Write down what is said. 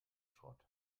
schrott